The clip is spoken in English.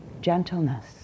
gentleness